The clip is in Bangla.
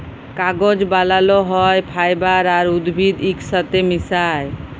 কাগজ বালাল হ্যয় ফাইবার আর উদ্ভিদ ইকসাথে মিশায়